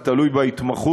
זה תלוי בהתמחות